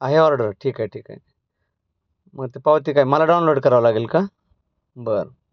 आहे ऑर्डर ठीक आहे ठीक आहे मग ते पावती काय मला डाऊनलोड करावं लागेल का बरं